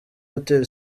hotel